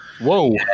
Whoa